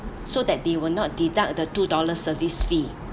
so that they will not deduct the two dollars service fee